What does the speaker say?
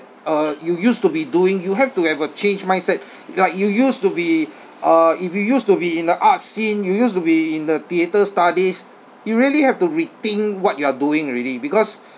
uh you used to be doing you have to have a change mindset like you used to be uh if you used to be in the art scene you used to be in the theatre studies you really have to rethink what you are doing already because